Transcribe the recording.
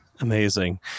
Amazing